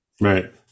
Right